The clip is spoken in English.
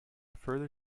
further